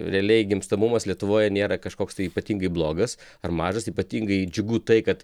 realiai gimstamumas lietuvoje nėra kažkoks tai ypatingai blogas ar mažas ypatingai džiugu tai kad